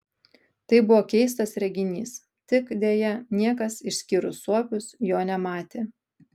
tai buvo keistas reginys tik deja niekas išskyrus suopius jo nematė